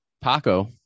Paco